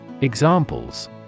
Examples